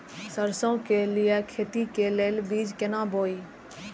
सरसों के लिए खेती के लेल बीज केना बोई?